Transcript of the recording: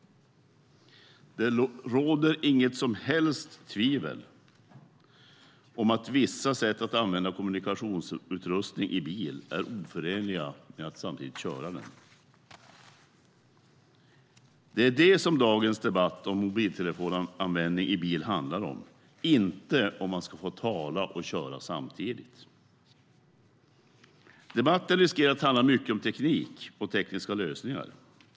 Det råder inget som helst tvivel om att vissa sätt att använda kommunikationsutrustning i bil är oförenliga med att samtidigt köra bil. Det är det dagens debatt om mobiltelefonanvändning i bil handlar om - inte om man ska få tala och köra bil samtidigt. Debatten riskerar att handla mycket om teknik och tekniska lösningar.